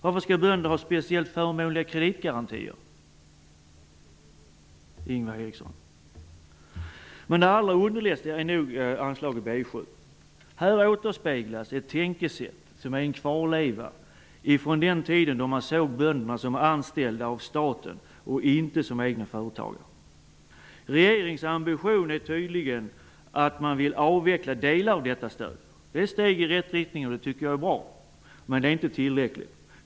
Varför skall bönder ha speciellt förmånliga kreditgarantier, Men allra underligast är anslaget B 7. Här återspeglas ett tänkesätt som är en kvarleva från den tid då bönderna betraktades som anställda av staten och inte som egna företagare. Regeringens ambition är tydligen att avveckla delar av detta stöd. Det är ett steg i rätt riktning, och det tycker jag är bra. Men det är inte tillräckligt.